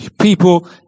people